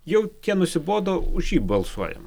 jau nusibodo už jį balsuojam